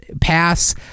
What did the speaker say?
pass